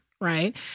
right